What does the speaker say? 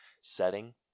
setting